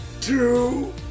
two